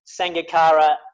Sangakara